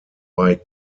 bei